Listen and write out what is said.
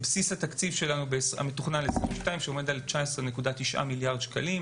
נתחיל בבסיס התקציב המתוכנן לשנת 2022 שעומד על 19.9 מיליארד שקלים.